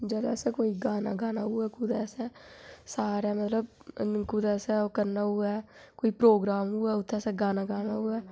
जेल्लै असें कोई गाना गाना होऐ कुतै असें सारैं मतलव कुतै असें ओह् करना होऐ कोई प्रोगराम होऐ उत्थै असें गाना गाना होऐ